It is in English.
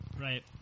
Right